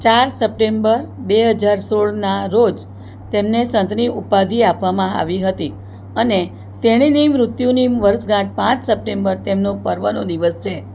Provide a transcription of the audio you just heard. ચાર સપ્ટેમ્બર બે હજાર સોળના રોજ તેમને સંતની ઉપાધિ આપવામાં આવી હતી અને તેણીની મૃત્યુની વર્ષગાંઠ પાંચ સપ્ટેમ્બર તેમનો પર્વનો દિવસ છે